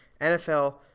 NFL